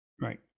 right